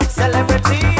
celebrity